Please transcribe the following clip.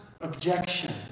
objection